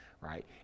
right